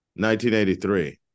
1983